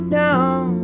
down